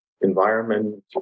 Environment